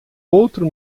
outro